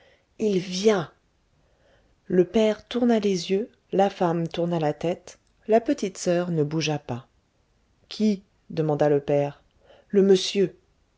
il vient le père tourna les yeux la femme tourna la tête la petite soeur ne bougea pas qui demanda le père le monsieur